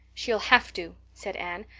she'll have to, said anne.